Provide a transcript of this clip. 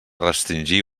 restringir